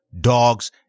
dogs